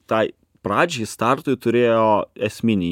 tai pradžiai startui turėjo esminį